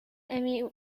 emmy